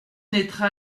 naîtra